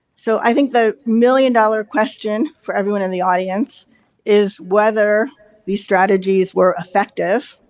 so, i think the million-dollar question for everyone in the audience is, whether these strategies were effective?